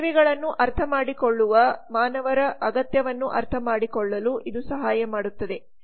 ಸೇವೆಗಳನ್ನು ಅರ್ಥಮಾಡಿಕೊಳ್ಳುವ ಮಾನವರ ಅಗತ್ಯವನ್ನು ಅರ್ಥಮಾಡಿಕೊಳ್ಳಲು ಇದು ಸಹಾಯ ಮಾಡುತ್ತದೆ